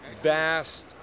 vast